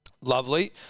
Lovely